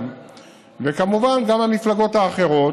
וכמובן גם המפלגות האחרות.